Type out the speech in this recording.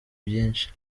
byinshi